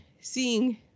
seeing